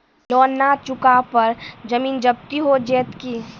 Loan न चुका पर जमीन जब्ती हो जैत की?